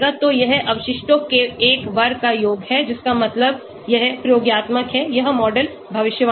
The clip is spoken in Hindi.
तो यह अवशिष्टों के 1 वर्गों का योग है जिसका मतलब यह प्रयोगात्मक है यह मॉडल भविष्यवाणी है